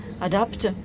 adapt